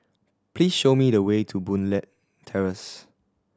please show me the way to Boon Leat Terrace